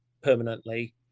permanently